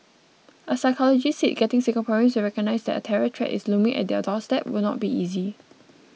a psychologist said getting Singaporeans to recognise that a terror threat is looming at their doorstep will not be easy